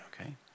okay